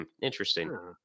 interesting